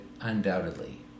undoubtedly